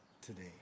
today